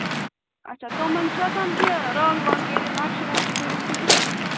اَچھا تِمَن چھا آسان کہِ رَنٛگ وَنٛگ کٔرِتھ نَقشہٕ وَقشہٕ کٔرِتھ کِنہٕ یِتھٕے کٔنۍ